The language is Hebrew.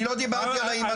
אני לא דיברתי על ההימצאות.